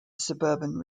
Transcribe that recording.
suburban